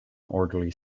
orderly